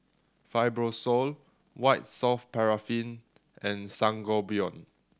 Fibrosol White Soft Paraffin and Sangobion